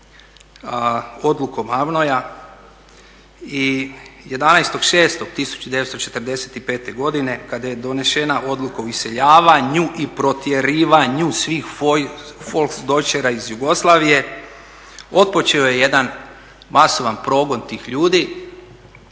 odlukom AVNOJ-a i 11.6.1945. godine kada je donešena odluka o iseljavanju i protjerivanju svih Volksdeutschera iz Jugoslavije otpočeo je jedan masovan progon tih ljudi.